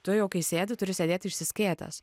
tu jau kai sėdi turi sėdėti išsiskėtęs